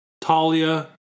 Talia